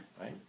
right